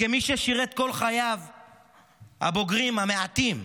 וכמי ששירת כל חייו הבוגרים, המעטים,